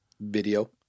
video